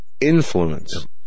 influence